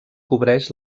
cobreix